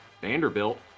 Vanderbilt